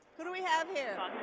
who do we have here?